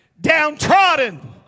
downtrodden